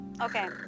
Okay